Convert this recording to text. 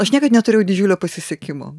aš niekad neturėjau didžiulio pasisekimo